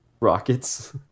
Rockets